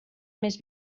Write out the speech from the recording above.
més